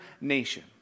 nation